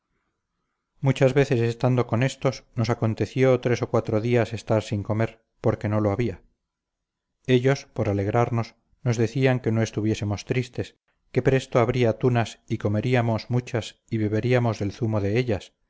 muchas veces estando con éstos nos aconteció tres o cuatro días estar sin comer porque no lo había ellos por alegrarnos nos decían que no estuviésemos tristes que presto habría tunas y comeríamos muchas y beberíamos del zumo de ellas